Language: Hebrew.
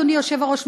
אדוני היושב-ראש,